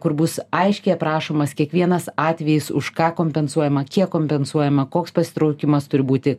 kur bus aiškiai aprašomas kiekvienas atvejis už ką kompensuojama kiek kompensuojama koks pasitraukimas turi būti